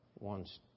wants